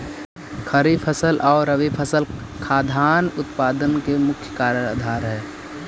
खरीफ फसल आउ रबी फसल खाद्यान्न उत्पादन के मुख्य आधार हइ